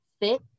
fit